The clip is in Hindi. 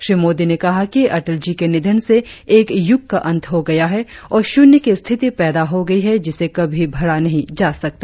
श्री मोदी ने कहा कि अटल जी के निधन से एक यूग का अंत हो गया है और शून्य की स्थिति पैदा हो गई है जिसे कभी भरा नहीं जा सकता